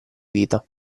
vita